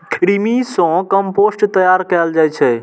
कृमि सं कंपोस्ट तैयार कैल जाइ छै